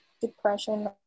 depression